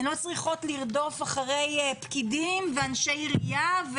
הן לא צריכות לרדוף אחרי פקידים ואנשי עירייה.